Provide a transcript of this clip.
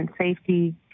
safety